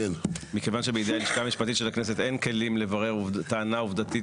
מכיוון שבידי הלשכה המשפטית של הכנסת אין כלים לברר טענה עובדתית